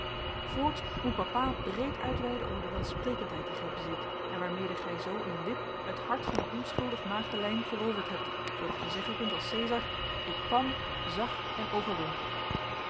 voorts moet papa breed uitweiden over de welsprekendheid die gij bezit en waarmede gij zoo in een wip het hart van een onschuldig maagdelijn veroverd hebt zoodat gij zeggen kunt als césar ik kwam zag en overwon